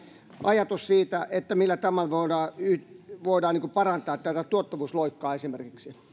ajatus siitä millä tätä voidaan parantaa tätä tuottavuusloikkaa esimerkiksi